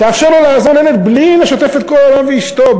תאפשר לעזור לילד בלי לשתף את כל העולם ואשתו,